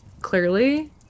clearly